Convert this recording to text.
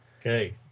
okay